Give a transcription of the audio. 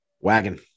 Wagon